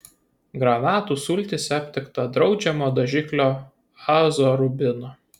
granatų sultyse aptikta draudžiamo dažiklio azorubino